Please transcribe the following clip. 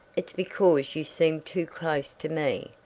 it's because you seem too close to me,